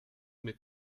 mit